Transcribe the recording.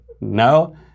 No